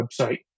website